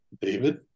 David